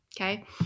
okay